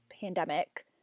pandemic